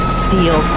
steel